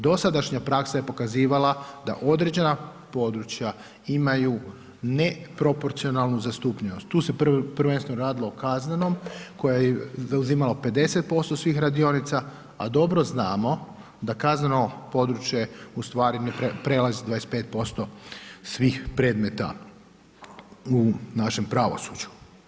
Dosadašnja praksa je pokazivala da određena područja imaju neproporcionalnu zastupljenost, tu se prvenstveno radilo o kaznenom, koja je zauzimala 50% svih radionica, a dobro znamo, da kazneno područje, ustvari prelazi 25% svih predmeta u našem pravosuđu.